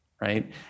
Right